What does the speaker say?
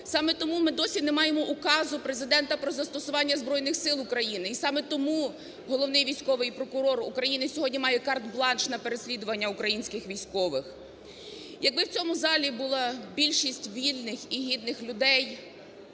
саме тому ми досі не маємо указу Президента про застосування Збройних Сил України і саме тому головний військовий прокурор України сьогодні має карт-бланш на переслідування українських військових. Якби в цьому залі було більшість вільних і гідних людей,